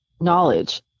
knowledge